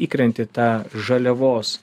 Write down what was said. įkrenti į tą žaliavos